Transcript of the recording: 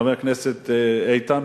חבר הכנסת איתן,